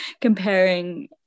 comparing